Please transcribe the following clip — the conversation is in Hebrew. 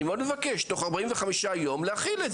אני מאוד מבקש להכין את זה תוך 45 יום, נקודה.